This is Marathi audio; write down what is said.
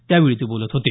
त्यावेळी ते बोलत होते